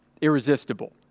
irresistible